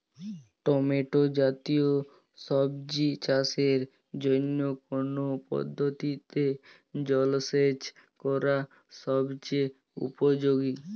Tomato জাতীয় সবজি চাষের জন্য কোন পদ্ধতিতে জলসেচ করা সবচেয়ে উপযোগী?